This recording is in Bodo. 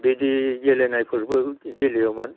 बिदि गेलेनायफोरबो गेलेयोमोन